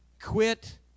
quit